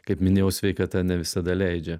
kaip minėjau sveikata ne visada leidžia